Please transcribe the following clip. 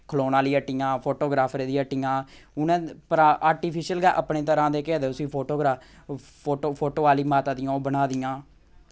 खलौने आह्ली हट्टियां फोटोग्राफरै दी हट्टियां उ'नें प्रा आर्टिफिशल गै अपने तरह् दे केह् आखदे उसी फोटोग्राफ फोटो फोटो आह्ली माता दियां ओह् बनाई दियां